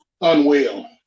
unwell